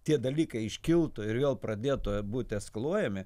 tie dalykai iškiltų ir vėl pradėtų būti eskaluojami